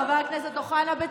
חבר הכנסת אוחנה,